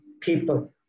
people